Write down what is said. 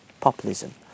populism